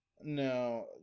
No